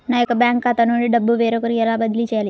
నా యొక్క బ్యాంకు ఖాతా నుండి డబ్బు వేరొకరికి ఎలా బదిలీ చేయాలి?